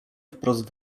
wprost